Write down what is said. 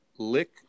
lick